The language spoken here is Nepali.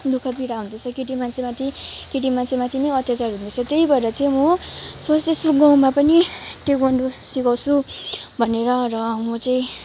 दुःख पिडा हुँदैछ केटी मान्छे माथि केटी मान्छे माथि नै अत्याचार हुँदैछ त्यही भएर चाहिँ म सोच्दैँछु म गाउँमा पनि ताइक्वान्डो सिकाउँछु भनेर र म चाहिँ